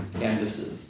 canvases